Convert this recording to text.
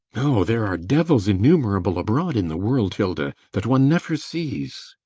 oh, there are devils innumerable abroad in the world, hilda, that one never sees.